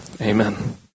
Amen